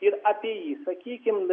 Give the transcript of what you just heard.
ir apie jį sakykim